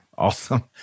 Awesome